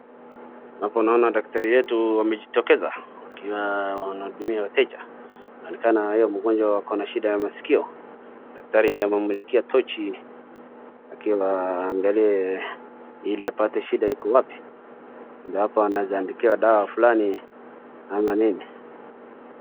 Hapo naona daktari wetu amejitokeza akiwa anahudumia wateja, inaonekana huyo mgonjwa ako na shida ya masikio. Daktari amemmulikia tochi akiwa aangalie ili apate shida iko wapi ndio hapo anaeza andikiwa dawa fulani ama nini.